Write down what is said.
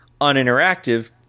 uninteractive